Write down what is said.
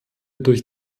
durch